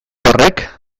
horrek